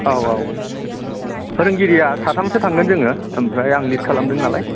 औ औ फोरोंगिरिया साथामसो थांगोन जोङो ओमफ्राय आं लिद खालामदों नालाय